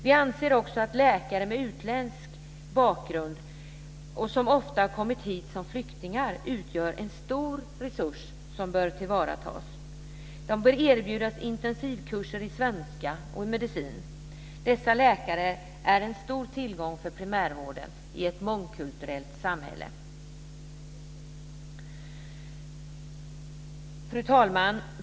Vi anser också att läkare med utländsk bakgrund, som ofta kommit hit som flyktingar, utgör en stor resurs som bör tillvaratas. De bör erbjudas intensivkurser i svenska och i medicin. Dessa läkare är en stor tillgång för primärvården i ett mångkulturellt samhälle. Fru talman!